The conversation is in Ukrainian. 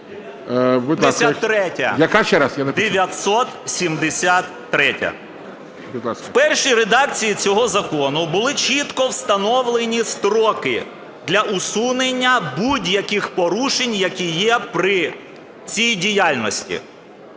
В першій редакції цього закону були чітко встановлені строки для усунення будь-яких порушень, які є при цій діяльності.